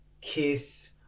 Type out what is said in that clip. Kiss